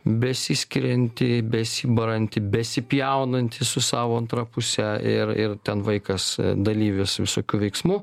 besiskirianti besibaranti besipjaunanti su savo antra puse ir ir ten vaikas dalyvis visokių veiksmų